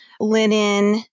linen